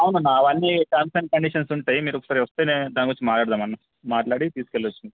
అవునన్నా అవన్నీ terms and conditions ఉంటాయి మీరు ఒకసారి వస్తే నేను దాని గురించి మాట్లాడదాం అన్నా మాట్లాడి తీసుకుని వెళ్ళచ్చు